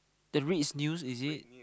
that reads is news is it